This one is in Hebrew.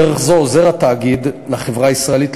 בדרך זו עוזר התאגיד לחברה הישראלית